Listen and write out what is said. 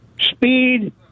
speed